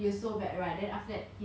because of the backlash